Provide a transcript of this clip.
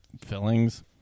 fillings